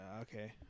okay